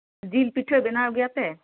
ᱡᱤᱞ ᱯᱤᱴᱷᱟᱹ ᱵᱮᱱᱟᱣ ᱜᱮᱭᱟᱯᱮ